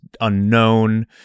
unknown